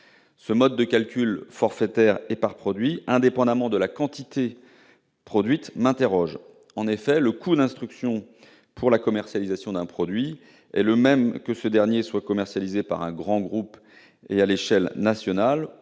ce mode de calcul forfaitaire et par produit, indépendant de la quantité produite. En effet, le coût d'instruction pour la commercialisation d'un produit est le même que ce dernier soit commercialisé par un grand groupe et à l'échelle nationale,